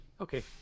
Okay